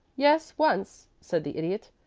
yes once, said the idiot.